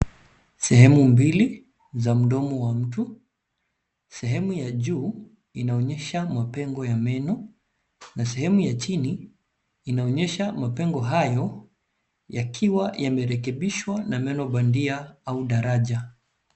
Sehemu mbili, za mdomo wa mtu. Sehemu ya juu, inaonyesha mapengo ya meno na sehemu ya chini, inaonyesha mapengo hayo, yakiwa yamerekebishwa na meno bandia au daraja.